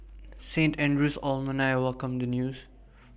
Saint Andrew's alumni welcomed the news